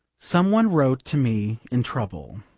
some one wrote to me in trouble,